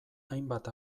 hainbat